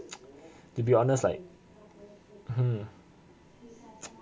to be honest like hmm